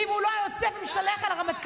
ואם הוא לא היה יוצא ומשתלח על הרמטכ"ל,